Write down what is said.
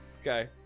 Okay